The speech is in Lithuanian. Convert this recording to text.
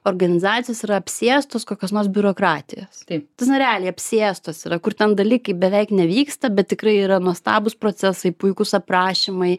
organizacijos yra apsėstos kokios nors biurokratijos realiai apsėstos yra kur ten dalykai beveik nevyksta bet tikrai yra nuostabūs procesai puikūs aprašymai